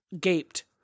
Gaped